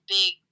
big